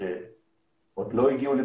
שעוד לא הגיעו.